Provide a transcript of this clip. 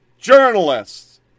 Journalists